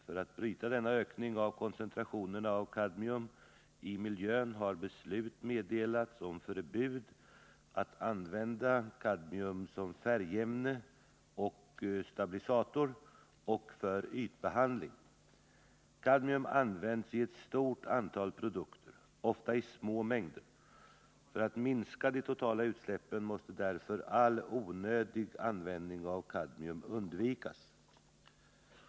För att bryta denna ökning av koncentrationerna av kadmium i miljön har beslut meddelats om förbud att använda kadmium som färgämne och stabilisator och för ytbehandling. Kadmium används i ett stort antal produkter, ofta i små mängder. För att minska de totala utsläppen måste därför all onödig användning av kadmium undvikas.